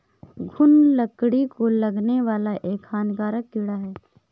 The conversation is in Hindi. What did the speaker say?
घून लकड़ी को लगने वाला एक हानिकारक कीड़ा है